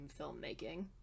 filmmaking